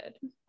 good